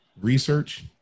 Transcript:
research